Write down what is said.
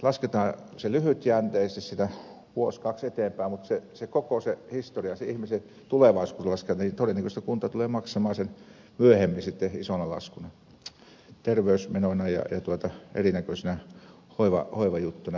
lasketaan sitä lyhytjänteisesti vuosi kaksi eteenpäin mutta koko se historia se ihmisen tulevaisuus kun lasketaan niin todennäköisesti kunta tulee maksamaan siitä myöhemmin sitten ison laskun terveysmenoina ja erinäköisinä hoivajuttuina paljon enemmän